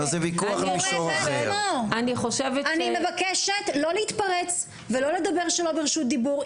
אני מבקשת לא להתפרץ ולא לדבר שלא ברשות דיבור.